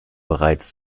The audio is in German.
bereits